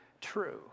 true